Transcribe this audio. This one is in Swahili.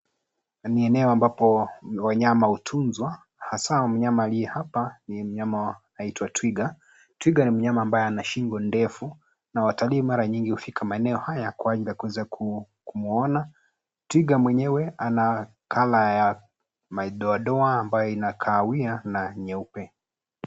Ni eneo ambapo wanyama hutunzwa hasa mnyama aliye hapa ni mnyama anaitwa twiga. Twiga ni mnyama ambaye ana shingo ndefu na watalii mara nyingi hufika maeneo haya kwa ajili ya kuweza kumuona. Twiga mwenyewe ana colour ya madoadoa ambayo ina kahawia na nyeupe.